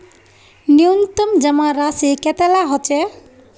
न्यूनतम जमा राशि कतेला होचे?